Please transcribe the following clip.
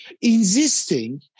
insisting